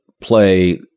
play